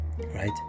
right